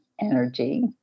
energy